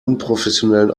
unprofessionellen